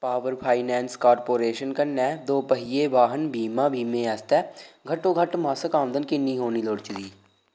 power finance corporation कन्नै दोपेहिया वाहन बीमा बीमे आस्तै घट्टो घट्ट मासक आमदन किन्नी होनी लोड़चदी